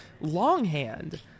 longhand